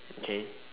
okay